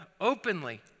openly